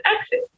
exit